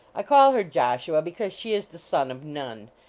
i call her joshua because she is the son of none.